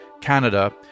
Canada